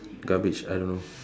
garbage I don't know